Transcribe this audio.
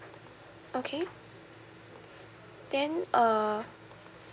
okay then uh